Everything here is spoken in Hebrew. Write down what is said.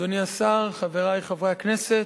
תודה רבה, אדוני השר, חברי חברי הכנסת,